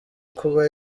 kuba